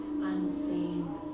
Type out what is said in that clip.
unseen